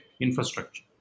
infrastructure